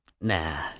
nah